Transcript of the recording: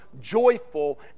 joyful